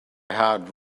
hard